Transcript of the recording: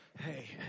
Hey